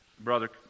Brother